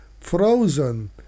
frozen